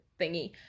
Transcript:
thingy